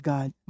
God